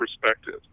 perspective